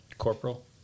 Corporal